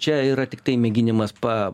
čia yra tiktai mėginimas pa